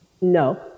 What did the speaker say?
No